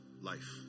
life